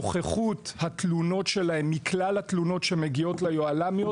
נוכחות התלונות שלהם מכלל התלונות שמגיעות ליוהל"מיות